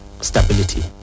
stability